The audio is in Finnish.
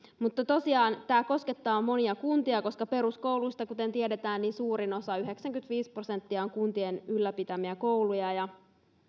tosiaan tämä koskettaa monia kuntia koska peruskouluista kuten tiedetään suurin osa yhdeksänkymmentäviisi prosenttia on kuntien ylläpitämiä kouluja ja